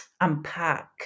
unpack